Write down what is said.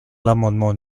l’amendement